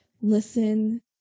listen